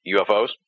UFOs